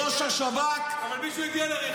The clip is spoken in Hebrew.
ראש השב"כ --- רם בן ברק (יש עתיד): אבל מישהו הגיע לרכבו?